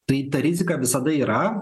tai ta rizika visada yra